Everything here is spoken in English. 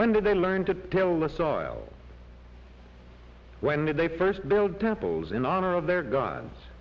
when did they learn to tell the sile when they first build temples in honor of their g